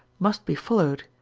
must be followed,